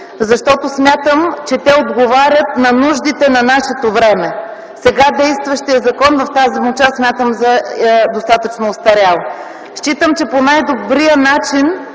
Смятам, че те отговарят на нуждите на нашето време. Сега действащият закон в тази му част смятам за достатъчно остарял. Считам, че по най-добрия начин